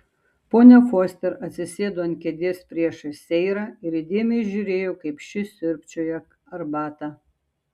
ponia foster atsisėdo ant kėdės priešais seirą ir įdėmiai žiūrėjo kaip ši siurbčioja arbatą